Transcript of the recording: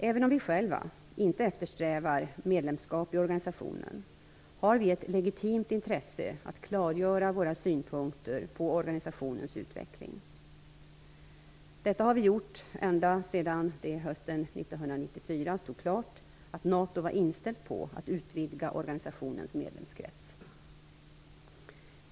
Även om vi själva inte eftersträvar medlemskap i organisationen har vi ett legitimt intresse av att klargöra våra synpunkter på organisationens utveckling. Detta har vi gjort ända sedan det hösten 1994 stod klart att NATO var inställt på att utvidga organisationens medlemskrets.